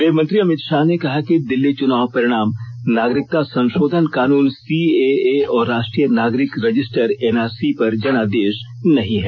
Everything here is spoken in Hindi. गृह मंत्री अमित शाह ने कहा है कि दिल्ली चुनाव परिणाम नागरिकता संशोधन कानून सीएए और राष्ट्रीय नागरिक रजिस्टर एनआरसी पर जनादेश नहीं है